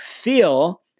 feel